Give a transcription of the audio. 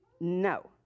No